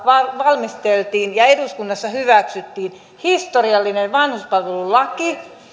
valmisteltiin ja eduskunnassa hyväksyttiin historiallinen vanhuspalvelulaki